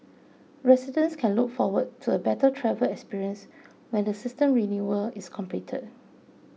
residents can look forward to a better travel experience when the system renewal is completed